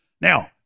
Now